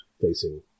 facing